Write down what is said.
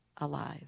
alive